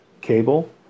cable